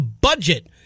budget